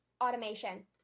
automation